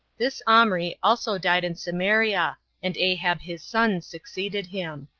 this omri also died in samaria and ahab his son succeeded him.